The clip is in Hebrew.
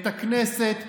את הכנסת,